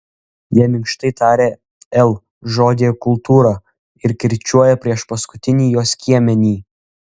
jie minkštai taria l žodyje kultūra ir kirčiuoja priešpaskutinį jo skiemenį